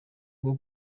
bwo